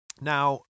now